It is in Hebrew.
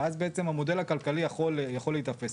ואז בעצם המודל הכלכלי יכול להיתפס.